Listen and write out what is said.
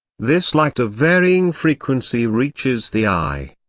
this light of varying frequency reaches the eye.